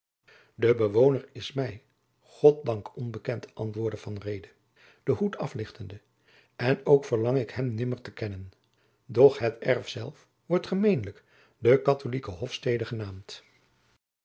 de bewoner is mij goddank onbekend antwoordde van reede den hoed aflichtende en ook verlang ik hem nimmer te kennen doch het jacob van lennep de pleegzoon erf zelf wordt gemeenlijk de katholijke hofstede genaamd